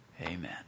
amen